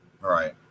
Right